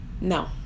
no